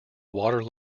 water